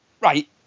right